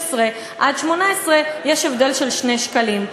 ומ-16 עד 18 יש הבדל של 2 שקלים.